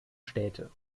städte